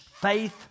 Faith